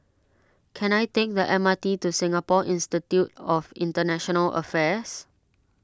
can I take the M R T to Singapore Institute of International Affairs